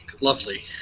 Lovely